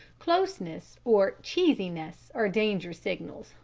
closeness or cheesiness are danger signals,